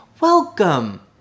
Welcome